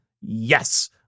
yes